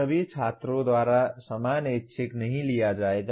सभी छात्रों द्वारा समान ऐच्छिक नहीं लिया जाएगा